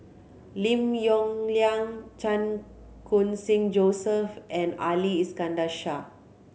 Lim Yong Liang Chan Khun Sing Joseph and Ali Iskandar Shah